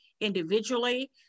individually